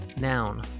Noun